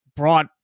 brought